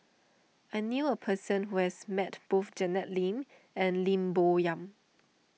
I knew a person who has met both Janet Lim and Lim Bo Yam